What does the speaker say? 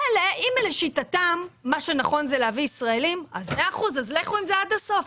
אם לשיטתם מה שנכון לעשות זה להביא ישראלים לכו עם זה עד הסוף,